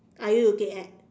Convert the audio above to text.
are you looking at